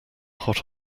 hot